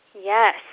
Yes